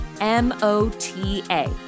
M-O-T-A